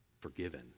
forgiven